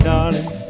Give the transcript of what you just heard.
Darling